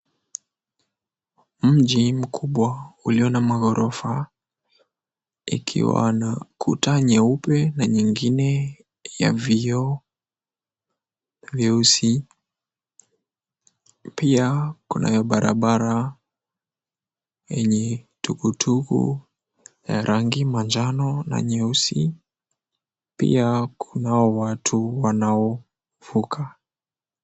Mji mkubwa ulio maghorofa, ikiwa na kuta nyeupe, na nyingine ya vioo vyeusi. Pia kunayo barabara yenye tukutuku ya rangi manjano na nyeusi. Pia kunao watu wanaovuka.